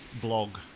blog